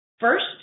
First